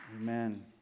Amen